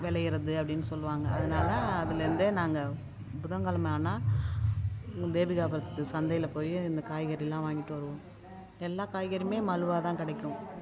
விளையுறது அப்படினு சொல்வாங்க அதனால அதிலேருந்தே நாங்கள் புதங்கெழம ஆனால் தேவிகாபுரத்து சந்தையில் போய் இந்த காய்கறிலாம் வாங்கிட்டு வருவோம் எல்லாம் காய்கறியும் மலிவா தான் கிடைக்கும்